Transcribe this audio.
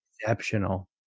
exceptional